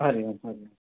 हरिओम हरिओम